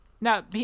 Now